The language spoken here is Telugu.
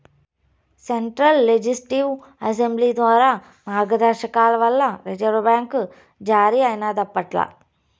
సెంట్రల్ లెజిస్లేటివ్ అసెంబ్లీ ద్వారా మార్గదర్శకాల వల్ల రిజర్వు బ్యాంక్ జారీ అయినాదప్పట్ల